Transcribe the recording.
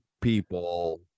people